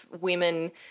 women